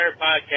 Podcast